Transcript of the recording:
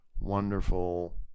wonderful